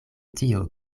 tio